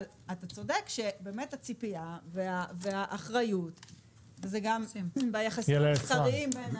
אבל אתה צודק שהציפייה והאחריות ביחסים המסחריים בין